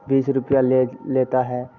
बीस रुपया लेज लेता है